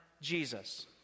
Jesus